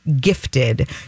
gifted